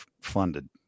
funded